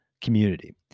community